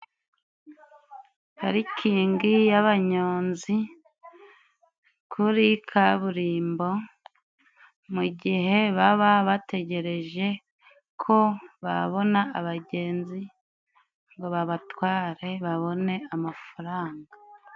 Parikingi y'abanyonzi kuri kaburimbo, mu gihe baba bategereje ko babona abagenzi ngo babatware babone amafaranga.